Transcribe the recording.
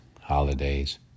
holidays